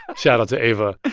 shoutout to ava